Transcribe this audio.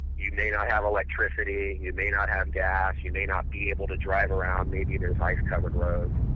you may not have electricity, you may not have gas, you may not be able to drive around maybe there's ice-covered roads,